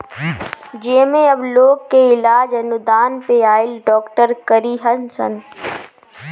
जेमे अब लोग के इलाज अनुदान पे आइल डॉक्टर करीहन सन